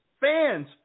fans